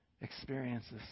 experiences